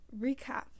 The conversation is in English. recap